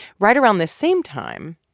right around this same time,